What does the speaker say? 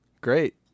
great